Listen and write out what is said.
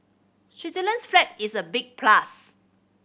Switzerland's flag is a big plus